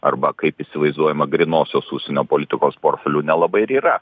arba kaip įsivaizduojama grynosios užsienio politikos portfelių nelabai ir yra